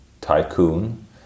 tycoon